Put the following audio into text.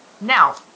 now